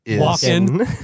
Walk-in